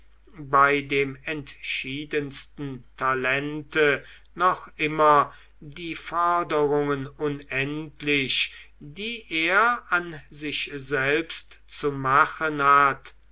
bei dem entschiedensten talente noch immer die forderungen unendlich die er an sich selbst zu machen hat